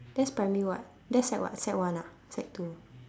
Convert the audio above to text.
that's primary what that's sec what sec one ah sec two